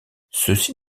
ceci